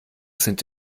sind